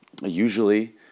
Usually